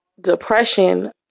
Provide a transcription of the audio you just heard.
Depression